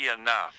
enough